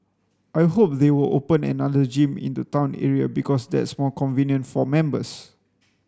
I hope they will open another gym in the town area because that's more convenient for members